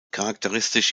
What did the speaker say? charakteristisch